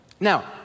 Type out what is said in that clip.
Now